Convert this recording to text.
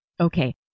Okay